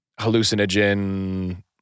hallucinogen